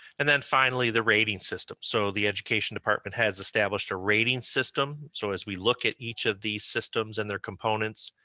and then finally, the rating system. so the education department has established a rating system. so as we look at each of these systems and their components,